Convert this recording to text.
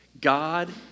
God